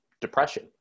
Depression